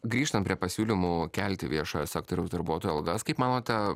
grįžtant prie pasiūlymų kelti viešojo sektoriaus darbuotojų algas kaip manote